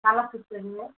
தலை சுத்துது